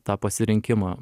tą pasirinkimą